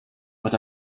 but